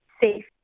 safe